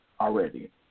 already